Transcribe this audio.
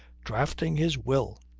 drafting his will.